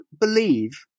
believe